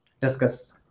Discuss